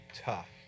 tough